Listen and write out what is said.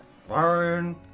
fine